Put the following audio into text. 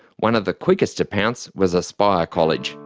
one of the quickest to pounce was aspire college,